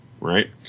right